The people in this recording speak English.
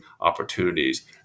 opportunities